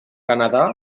canadà